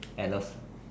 I love